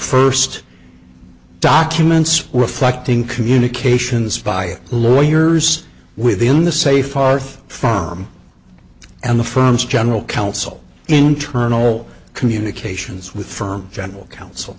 first documents reflecting communications by lawyers within the say far farm and the firm's general counsel internal communications with firm general coun